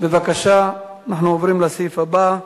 בבקשה, אנחנו עוברים לסעיף הבא,